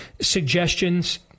suggestions